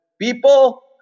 people